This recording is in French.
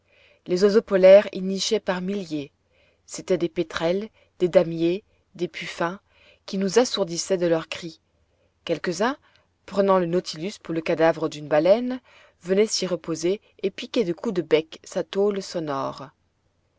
les oiseaux polaires y nichaient par milliers c'étaient des pétrels des damiers des puffins qui nous assourdissaient de leurs cris quelques-uns prenant le nautilus pour le cadavre d'une baleine venaient s'y reposer et piquaient de coups de bec sa tôle sonore